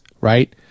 right